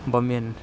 ban mian